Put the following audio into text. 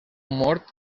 mort